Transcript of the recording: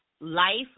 life